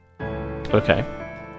Okay